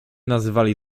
nazywali